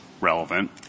relevant